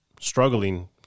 struggling